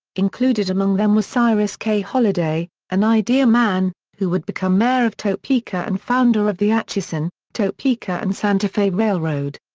included among them was cyrus k. holliday, an idea man who would become mayor of topeka and founder of the atchison, topeka and santa fe railroad.